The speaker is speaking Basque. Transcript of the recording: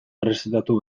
errezetatu